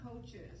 coaches